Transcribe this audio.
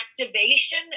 activation